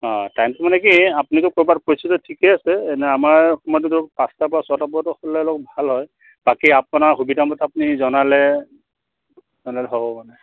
অঁ টাইমটো মানে কি আপুনিতো ক'ৰবাত কৰিছেটো ঠিকেই আছে এনেই আমাৰ সময়টোতো পাঁচটাৰ পৰা ছটাৰ পৰাটো হ'লে অলপ ভাল হয় বাকী আপোনাৰ সুবিধামতে আপুনি জনালে জনালে হ'ব মানে